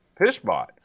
Pishbot